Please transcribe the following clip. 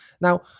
now